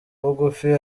bugufi